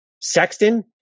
sexton